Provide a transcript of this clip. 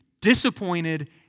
disappointed